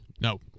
No